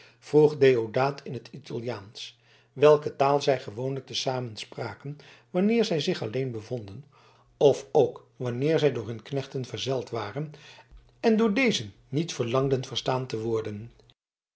vroeg deodaat in t italiaansch welke taal zij gewoonlijk te zamen spraken wanneer zij zich alleen bevonden of ook wanneer zij door hun knechten verzeld waren en door dezen niet verlangden verstaan te worden